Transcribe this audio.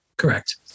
Correct